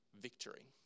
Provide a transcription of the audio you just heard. victory